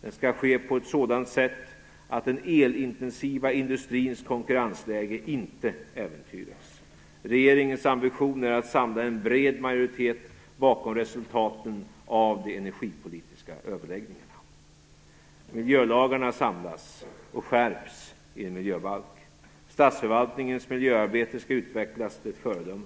Den skall ske på ett sådant sätt att den elintensiva industrins konkurrensläge inte äventyras. Regeringens ambition är att samla en bred majoritet bakom resultaten av de energipolitiska överläggningarna. Miljölagarna samlas och skärps i en miljöbalk. Statsförvaltningens miljöarbete skall utvecklas till ett föredöme.